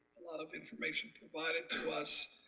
a lot of information provided to us,